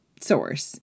source